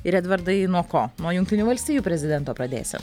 ir edvardai nuo ko nuo jungtinių valstijų prezidento pradėsi